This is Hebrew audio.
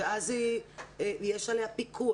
ואז יש עליה פיקוח.